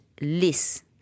list